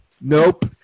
Nope